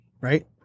right